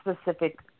specific